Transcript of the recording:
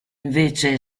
invece